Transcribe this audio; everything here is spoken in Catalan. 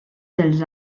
dels